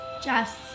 Jess